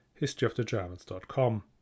historyofthegermans.com